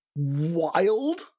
wild